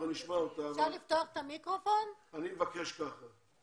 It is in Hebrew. אני מהקרן